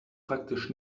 praktisch